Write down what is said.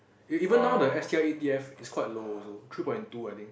even now the S_T_I A_T_F is quite low also three point two I think